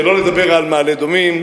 שלא לדבר על מעלה-אדומים,